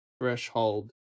threshold